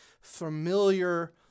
familiar